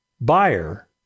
buyer